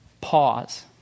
pause